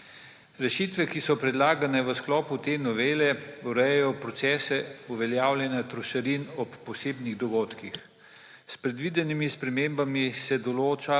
Rešitve, ki so predlagane v sklopu te novele, urejajo procese uveljavljanja trošarin ob posebnih dogodkih. S predvidenimi spremembami se določa